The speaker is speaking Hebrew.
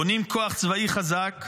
בונים כוח צבאי חזק,